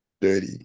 dirty